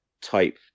type